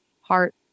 heart